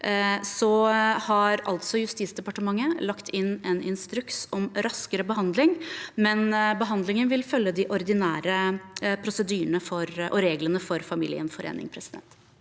har altså Justisdepartementet lagt inn en instruks om raskere behandling. Behandlingen vil følge de ordinære prosedyrene og reglene for familiegjenforening. Birgit